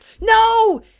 No